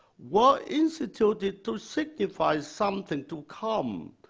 were instituted to signify something to come,